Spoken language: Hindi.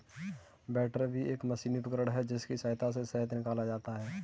बैटरबी एक मशीनी उपकरण है जिसकी सहायता से शहद निकाला जाता है